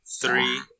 three